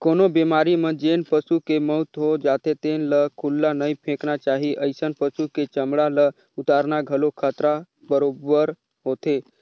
कोनो बेमारी म जेन पसू के मउत हो जाथे तेन ल खुल्ला नइ फेकना चाही, अइसन पसु के चमड़ा ल उतारना घलो खतरा बरोबेर होथे